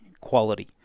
quality